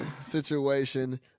situation